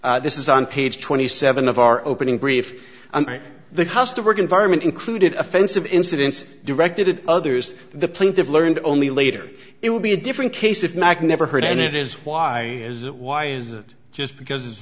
this is on page twenty seven of our opening brief and the cost of work environment included offensive incidents directed at others the plaintiffs learned only later it would be a different case if mack never heard and it is why is it why is it just because it's